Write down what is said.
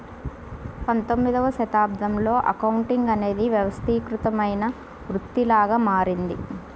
పంతొమ్మిదవ శతాబ్దంలో అకౌంటింగ్ అనేది వ్యవస్థీకృతమైన వృత్తిలాగా మారింది